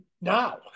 now